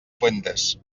fuentes